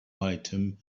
item